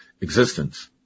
existence